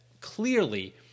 Clearly